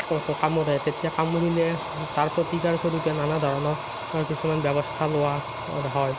কামোৰে তেতিয়া কামোৰিলে তাৰ প্ৰতিকাৰ স্বৰূপে নানা ধৰণৰ কিছুমান ব্যৱস্থা লোৱা হয়